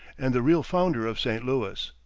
and the real founder of st. louis.